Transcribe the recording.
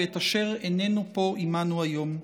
ואת אשר איננו פה עמנו היום".